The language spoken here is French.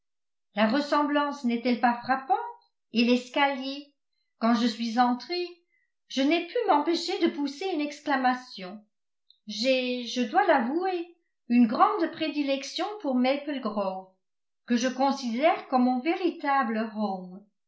la ressemblance n'est-elle pas frappante et l'escalier quand je suis entrée je n'ai pu m'empêcher de pousser une exclamation j'ai je dois l'avouer une grande prédilection pour maple grove que je considère comme mon véritable home